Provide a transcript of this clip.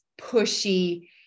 pushy